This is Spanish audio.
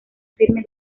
firme